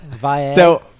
So-